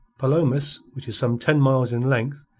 palomas, which is some ten miles in length,